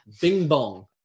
bing-bong